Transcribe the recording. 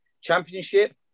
championship